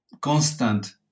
constant